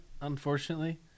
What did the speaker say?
unfortunately